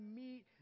meet